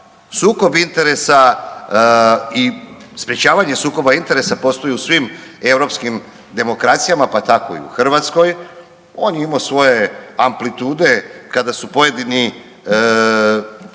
Sukob interesa i sprječavanje sukoba interesa postoji u svim europskim demokracijama pa tako i u Hrvatskoj. On je imao svoje amplitude kada su pojedini